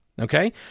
Okay